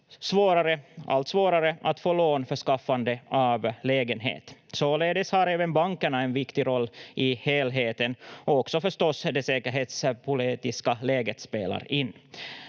allt svårare att få lån för skaffande av lägenhet. Således har även bankerna en viktig roll i helheten, och det säkerhetspolitiska läget spelar